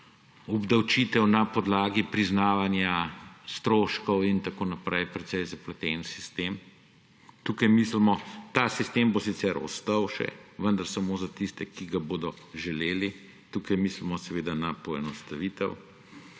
obdavčitev na podlagi priznavanja stroškov in tako naprej, precej zapleten sistem. Tukaj mislimo, ta sistem bo sicer ostal še, vendar samo za tiste, ki ga bodo želeli. Tukaj mislimo seveda na poenostavitev.